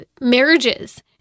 marriages